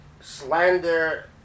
slander